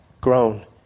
grown